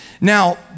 Now